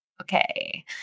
Okay